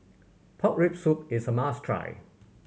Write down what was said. pork rib soup is a must try